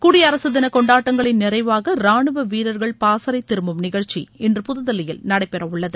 குடியரசு தின கொண்டாடங்களின் நிறைவாக ரானுவ வீரர்கள் பாசறை திரும்பும் நிகழ்ச்சி இன்று புதுதில்லியில் நடைபெறவுள்ளது